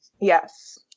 Yes